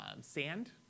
sand